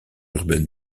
urbaine